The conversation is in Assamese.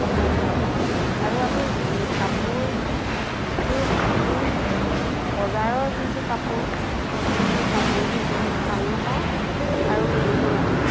কথা নাহে আৰু আমি কাপোৰযোৰ পিন্ধি বজাৰৰ যিযোৰ কাপোৰ আমি সেই কাপোৰযোৰ পিন্ধি ভাল নাপাওঁ আৰু দিনো নাযায়